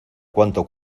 cuánto